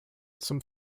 zum